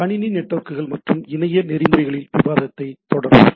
கணினி நெட்வொர்க்குகள் மற்றும் இணைய நெறிமுறைகளில் விவாதத்தைத் தொடருவோம்